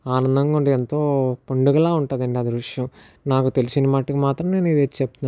ఆనందంగా ఉండి ఎంతో పండుగలా ఉంటుంది అండి ఆ దృశ్యం నాకు తెలిసిన మటుకు మాత్రం నేను ఇది చెప్తున్నాను